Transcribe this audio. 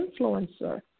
influencer